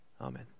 Amen